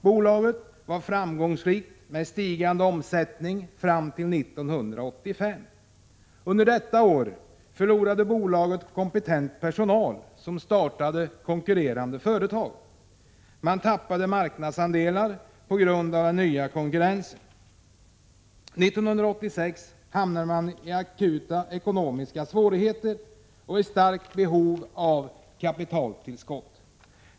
Bolaget var framgångsrikt med stigande omsättning fram till år 1985. Under detta år förlorade bolaget kompetent personal, som startade konkurrerande företag. Man tappade marknadsandelar på grund av den nya konkurrensen. År 1986 hamnade man i akuta ekonomiska svårigheter och hade ett starkt behov av kapitaltillskott.